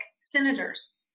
senators